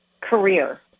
career